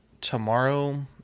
tomorrow